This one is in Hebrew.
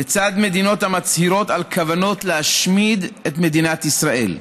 לצד מדינות המצהירות על כוונות להשמיד את מדינת ישראל,